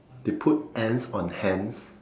they put ants on hands